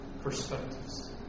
perspectives